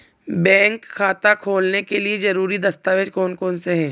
Bank खाता खोलने के लिए ज़रूरी दस्तावेज़ कौन कौनसे हैं?